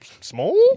small